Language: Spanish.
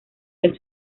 del